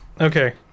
Okay